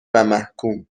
ومحکوم